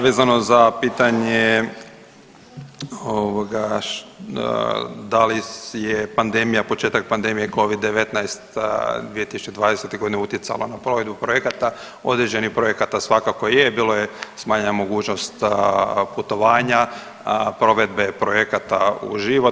Vezano za pitanje ovoga da li je pandemija, početak pandemije Covid-19 2020. godine utjecala na provedbu projekata, određenih projekata svakako je, bilo je smanjena mogućnost putovanja, provedbe projekata uživo.